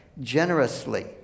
generously